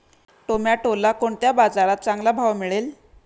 टोमॅटोला कोणत्या बाजारात चांगला भाव मिळेल?